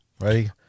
Ready